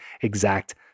exact